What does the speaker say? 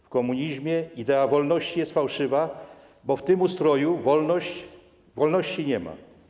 W komunizmie idea wolności jest fałszywa, bo w tym ustroju wolności nie ma.